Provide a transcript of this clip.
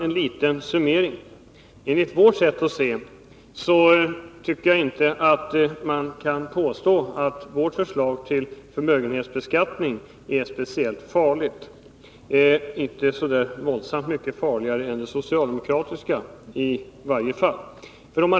Enligt vårt sätt att se kan man inte påstå att vårt förslag till förmögenhetsbeskattning är speciellt farligt, inte så där våldsamt mycket farligare än det socialdemokratiska i varje fall.